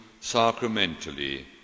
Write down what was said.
sacramentally